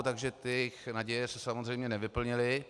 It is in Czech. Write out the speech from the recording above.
Takže ty jejich naděje se samozřejmě nevyplnily.